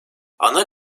ana